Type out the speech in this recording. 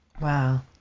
Wow